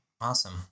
Awesome